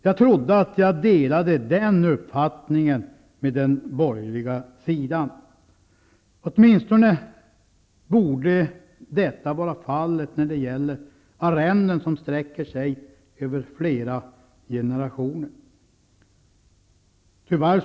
Jag trodde att jag delade den uppfattningen med borgarna. Detta borde åtminstone vara fallet när det gäller arrenden som sträcker sig över flera generationer.